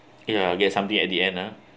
ya get something at the end ha